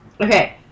Okay